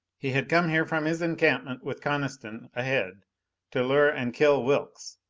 he had come here from his encampment with coniston ahead to lure and kill wilks.